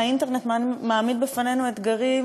האינטרנט מעמיד בפנינו אתגרים,